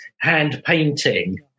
hand-painting